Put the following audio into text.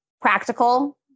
practical